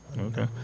Okay